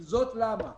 זאת למה?